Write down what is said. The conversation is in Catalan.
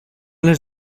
les